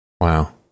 Wow